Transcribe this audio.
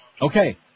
Okay